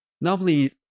normally